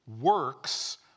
works